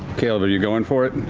caleb, are you going for it?